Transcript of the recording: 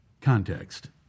Context